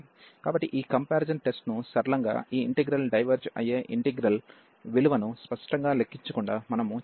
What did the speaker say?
కాబట్టి ఈ comparison test ను సరళంగా ఈ ఇంటిగ్రల్ డైవెర్జ్ అయ్యే ఇంటిగ్రల్ విలువను స్పష్టంగా లెక్కించకుండా మనము చెప్పగలుగుతాము